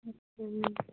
ਅੱਛਾ ਜੀ